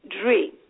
dream